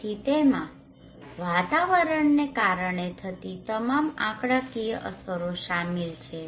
તેથી તેમાં વાતાવરણને કારણે થતી તમામ આંકડાકીય અસરો શામેલ છે